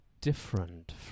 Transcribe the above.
different